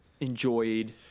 enjoyed